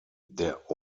der